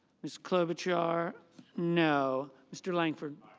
miss clover char no. mr. langford